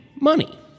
money